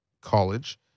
college